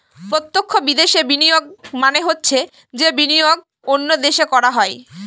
প্রত্যক্ষ বিদেশে বিনিয়োগ মানে হচ্ছে যে বিনিয়োগ অন্য দেশে করা হয়